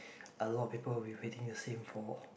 a lot of people will be waiting the same for